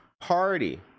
party